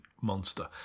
monster